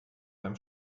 beim